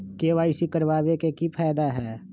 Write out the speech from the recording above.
KYC करवाबे के कि फायदा है?